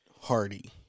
Hardy